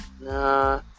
nah